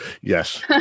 Yes